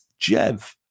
Jev